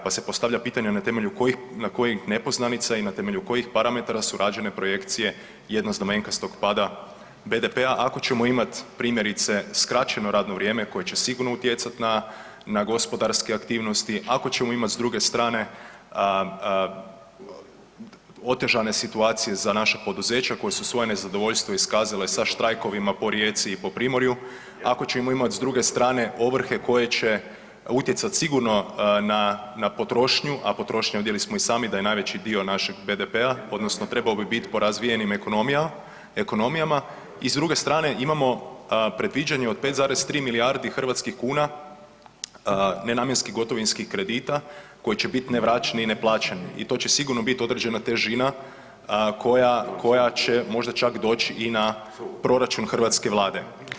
Pa se postavlja pitanje na temelju kojih, kojih nepoznanica i na temelju kojih parametara su rađene projekcije jednoznamenkastog pada BDP-a ako ćemo imat primjerice skraćeno radno vrijeme koje će sigurno utjecati na gospodarske aktivnosti, ako ćemo imat s druge strane, otežane situacije za naša poduzeća koja su svoje nezadovoljstvo iskazale sa štrajkovima po Rijeci i po Primorju, ako ćemo imat s druge strane ovrhe koje će utjecat sigurno na potrošnju, a potrošnja vidjeli smo i sami da je najveći dio našeg BDP-a odnosno trebao bi biti po razvijenim ekonomijama, i s druge strane imamo predviđanje od 5,3 milijardi hrvatskih kuna nenamjenskih gotovinskih kredita koje će bit nevraćeni i neplaćeni, i to će sigurno bit određena težina, koja će možda čak doć' i na proračun hrvatske Vlade.